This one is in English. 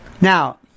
Now